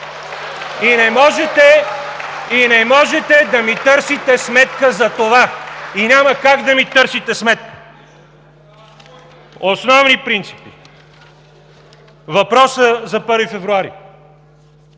И не можете да ми търсите сметка за това. Няма как да ми търсите сметка! Основни принципи. Въпросът за 1 февруари